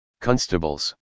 constables